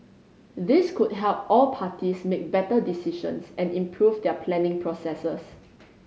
this could help all parties make better decisions and improve their planning processes